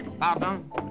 Pardon